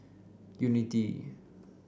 unity